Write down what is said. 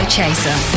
Chaser